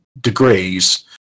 degrees